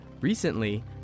Recently